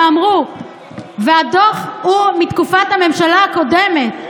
ואמרו שהדוח הוא מתקופת הממשלה הקודמת,